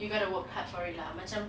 you gotta work hard for it lah macam